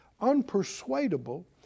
unpersuadable